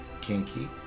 kinky